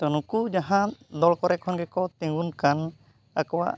ᱛᱚ ᱱᱩᱠᱩ ᱡᱟᱦᱟᱸ ᱫᱚᱞ ᱠᱚᱨᱮ ᱠᱷᱚᱱ ᱜᱮᱠᱚ ᱛᱤᱸᱜᱩᱱ ᱠᱟᱱ ᱟᱠᱚᱣᱟᱜ